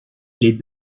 les